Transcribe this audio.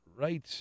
right